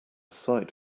sight